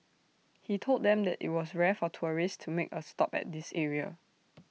he told them that IT was rare for tourists to make A stop at this area